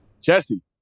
Jesse